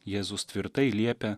jėzus tvirtai liepia